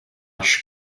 rush